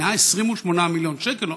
128 מיליון שקל.